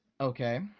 Okay